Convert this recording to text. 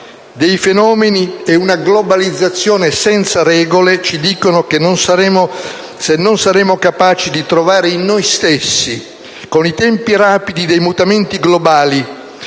dei fenomeni e una globalizzazione senza regole ci dicono che, se non saremo capaci di trovare in noi stessi, con i tempi rapidi dei mutamenti globali,